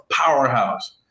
powerhouse